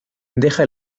deja